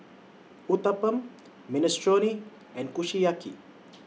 Uthapam Minestrone and Kushiyaki